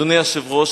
אדוני היושב-ראש,